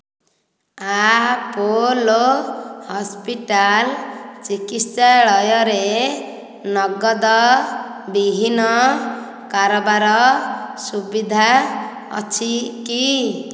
Apollo hospital ଚିକିତ୍ସାଳୟରେ ନଗଦ ବିହୀନ କାରବାର ସୁବିଧା ଅଛି କି